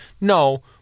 No